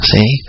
See